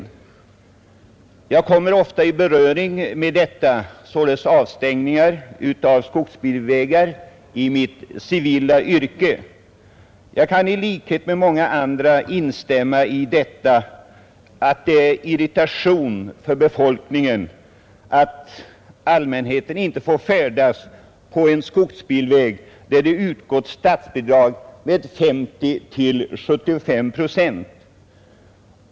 I mitt ”civila” yrke kommer jag ofta i beröring med avstängningar av skogsbilvägar. Jag kan i likhet med många andra instämma i att det uppstår irritation bland befolkningen, om denna inte får färdas på en skogsbilväg, till vilken statsbidrag utgått med 50—75 procent.